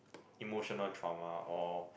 emotional trauma or